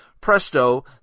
presto